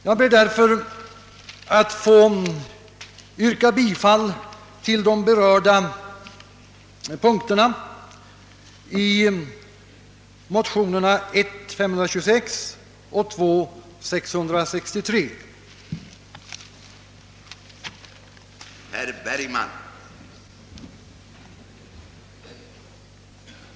Jag ber därför att få yrka bifall till motionerna I: 526 och II: 663 i berörda delar.